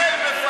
תתנצל בפניו.